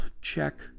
check